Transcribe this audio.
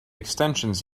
extensions